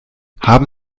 haben